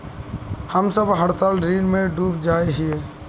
हम सब हर साल ऋण में डूब जाए हीये?